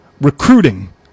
recruiting